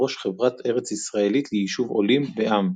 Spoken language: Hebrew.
חברה ארץ ישראלית ליישוב עולים בע"מ,